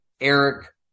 Eric